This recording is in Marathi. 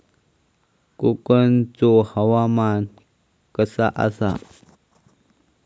कोकनचो हवामान कसा आसा?